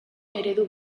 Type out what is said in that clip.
eredu